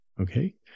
Okay